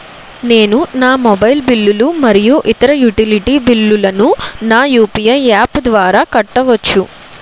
నేను నా మొబైల్ బిల్లులు మరియు ఇతర యుటిలిటీ బిల్లులను నా యు.పి.ఐ యాప్ ద్వారా కట్టవచ్చు